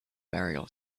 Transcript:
burial